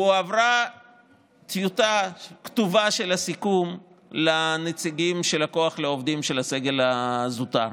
הועברה טיוטה כתובה של הסיכום לנציגים של כוח לעובדים של הסגל הזוטר,